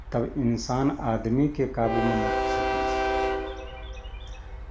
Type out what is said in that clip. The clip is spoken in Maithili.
तब इंसान आदमीके काबूमे मोटरसाइकिल छै